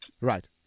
Right